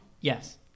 Yes